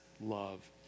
love